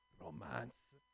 romance